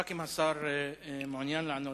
רק אם השר מעוניין לענות,